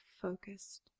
focused